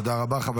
תודה רבה.